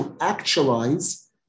actualize